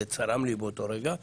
זה צרם לי באותו רגע.